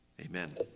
Amen